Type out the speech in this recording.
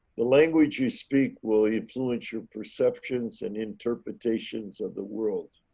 the language you speak will influence your perceptions and interpretations of the world.